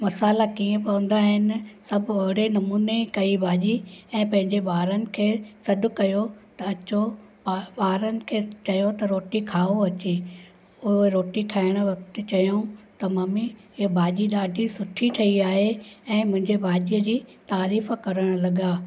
मसाला कीअं पवंदा आहिनि सभु ओहिड़े नमूने कई भाॼी ऐं पंहिंजे ॿारनि खे सॾु कयो त अचो ॿारनि खे चयो त रोटी खाओ अची उहो रोटी खाइण वक़्ति चयायूं त ममी इहा भाॼी ॾाढी सुठी ठही आहे ऐं मुंहिंजी भाॼीअ जी तारीफ़ करण लॻा